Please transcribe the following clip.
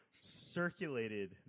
circulated